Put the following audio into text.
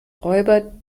räuber